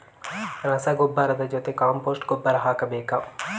ರಸಗೊಬ್ಬರದ ಜೊತೆ ಕಾಂಪೋಸ್ಟ್ ಗೊಬ್ಬರ ಹಾಕಬೇಕಾ?